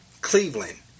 Cleveland